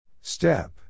Step